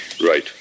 Right